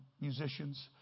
musicians